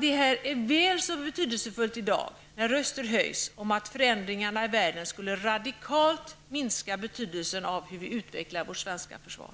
Detta är väl så betydelsefullt i dag, när röster höjs om att förändringarna i världen radikalt skulle minska betydelsen av hur vi utvecklar vårt svenska försvar.